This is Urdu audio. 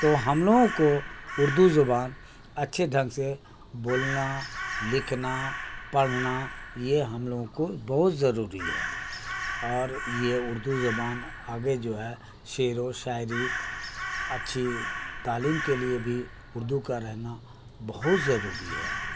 تو ہم لوگوں کو اردو زبان اچھے ڈھنگ سے بولنا لکھنا پڑھنا یہ ہم لوگوں کو بہت ضروری ہے اور یہ اردو زبان آگے جو ہے شعر و شاعری اچھی تعلیم کے لیے بھی اردو کا رہنا بہت ضروری ہے